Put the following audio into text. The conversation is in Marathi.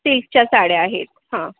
तीसच्या साड्या आहेत हां